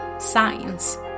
science